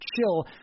chill